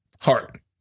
heart